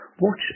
watch